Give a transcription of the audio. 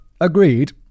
agreed